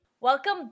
Welcome